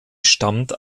stammt